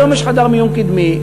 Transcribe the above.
והיום יש חדר מיון קדמי,